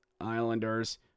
Islanders